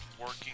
working